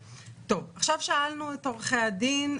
שאלנו את עורכי הדין: